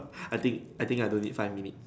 I think I think I don't need five minute